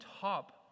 top